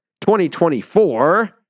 2024